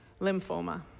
lymphoma